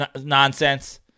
nonsense